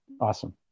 Awesome